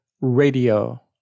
radio